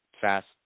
fast